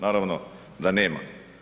Naravno da nema.